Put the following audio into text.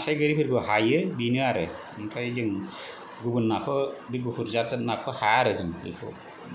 नास्राय गरैफोरखौ हायो बिनो आरो ओमफ्राय जों गुबुन नाखौ बै गुफुर जात जात नाखौ हाया आरो जों बेखौ